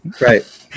Right